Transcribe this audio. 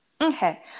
Okay